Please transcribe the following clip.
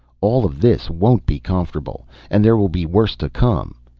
all of this won't be comfortable and there will be worse to come.